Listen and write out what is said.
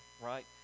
right